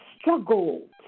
struggled